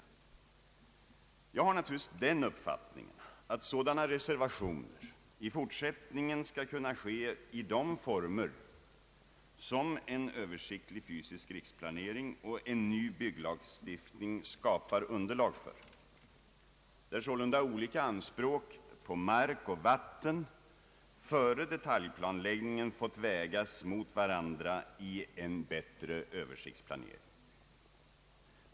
Jag har naturligtvis den uppfattningen att sådana markreservationer i fortsättningen skall kunna ske i de former som en översiktlig fysisk riksplanering och en ny bygglagstiftning skapar underlag för, där sålunda olika anspråk på mark och vatten före detaljplaneringen fått vägas mot varandra i en bättre översiktsplanering.